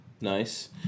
Nice